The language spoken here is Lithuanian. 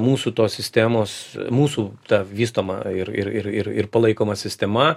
mūsų tos sistemos mūsų vystoma ir ir ir ir palaikoma sistema